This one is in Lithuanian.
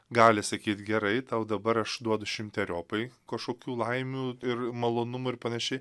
gali sakyt gerai tau dabar aš duodu šimteriopai kažkokių laimių ir malonumų ir panašiai